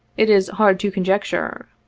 it is hard to conjecture.